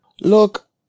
look